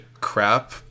crap